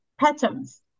patterns